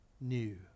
new